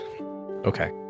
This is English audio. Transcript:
Okay